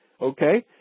Okay